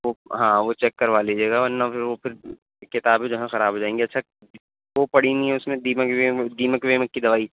وہ ہاں وہ چیک کروا لیجیے گا ور نہ پھر وہ پھر کتابیں جہاں خراب ہو جائیں گی اچھا وہ بک پڑی ہوئی ہیں اس میں دیمک دیمک ویمک کی دوائی